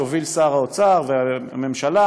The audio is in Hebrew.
שהובילו שר האוצר והממשלה,